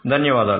ధన్యవాదాలు